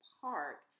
park